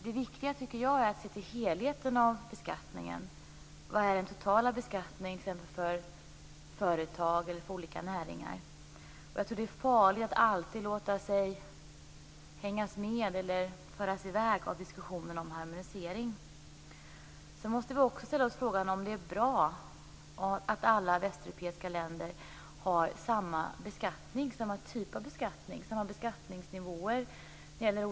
Det viktiga är att se till helheten i beskattningen, t.ex. vad den totala beskattningen är för olika företag eller för olika näringar. Jag tror att det är farligt att alltid låta sig föras i väg av diskussionen om harmonisering. Vi måste också ställa oss frågan om det är bra att alla västeuropeiska länder har samma typ av beskattning och samma skattenivåer.